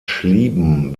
schlieben